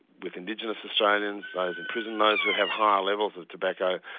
with indigenous australians, those in prison, those who have higher levels of tobacco.